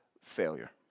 failure